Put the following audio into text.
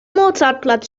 mozartplatz